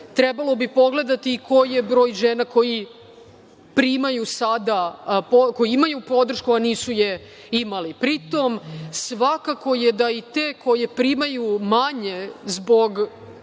Trebalo bi pogledati i koji je broj žena koji imaju podršku, a nisu je imali. Pri tom, svakako je da i te koje primaju manje zbog